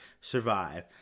survive